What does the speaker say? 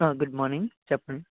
good morning చెప్పండి